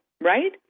right